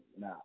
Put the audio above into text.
Now